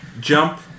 jump